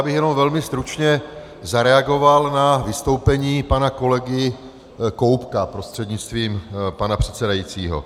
Já bych jenom velmi stručně zareagoval na vystoupení pana kolegy Koubka prostřednictvím pana předsedajícího.